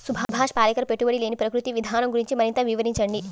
సుభాష్ పాలేకర్ పెట్టుబడి లేని ప్రకృతి విధానం గురించి మరింత వివరించండి